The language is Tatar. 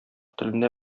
телендә